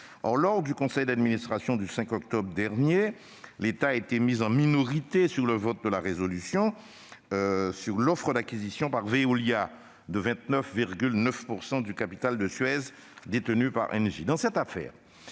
Or, lors du conseil d'administration du 5 octobre dernier, l'État a été mis en minorité sur le vote de la résolution concernant l'offre d'acquisition par Veolia des 29,9 % du capital de Suez détenus par Engie.